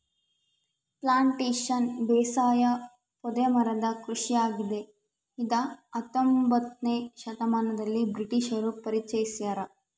plantation ಬೇಸಾಯ ಪೊದೆ ಮರದ ಕೃಷಿಯಾಗಿದೆ ಇದ ಹತ್ತೊಂಬೊತ್ನೆ ಶತಮಾನದಲ್ಲಿ ಬ್ರಿಟಿಷರು ಪರಿಚಯಿಸ್ಯಾರ